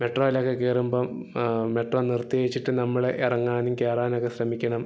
മെട്രോയിലൊക്കെ കയറുമ്പോള് മെട്രോ നിർത്തിവച്ചിട്ട് നമ്മള് ഇറങ്ങാനും കയറാനൊക്കെ ശ്രമിക്കണം